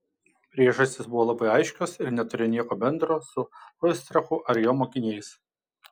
priežastys buvo labai aiškios ir neturėjo nieko bendro su oistrachu ar jo mokiniais